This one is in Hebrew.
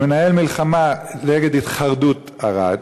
שמנהל מלחמה נגד התחרדות ערד.